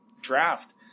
draft